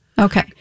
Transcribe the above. Okay